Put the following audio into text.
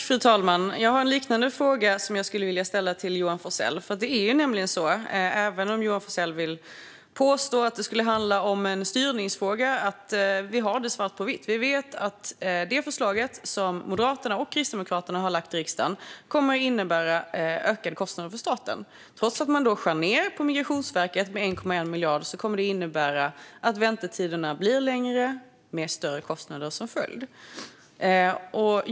Fru talman! Jag har en liknande fråga som jag skulle vilja ställa till Johan Forssell. Det är nämligen så att även om Johan Forssell vill påstå att det skulle handla om en styrningsfråga så har vi det svart på vitt: Vi vet att det förslag som Moderaterna och Kristdemokraterna har lagt i riksdagen kommer att innebära ökade kostnader för staten. Trots att man skär ned på Migrationsverket med 1,1 miljarder kommer det att innebära att väntetiderna blir längre med större kostnader som följd.